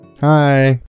Hi